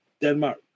Denmark